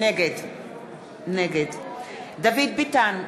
נגד דוד ביטן,